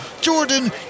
Jordan